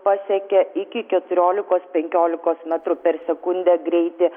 pasiekia iki keturiolikos penkiolikos metrų per sekundę greitį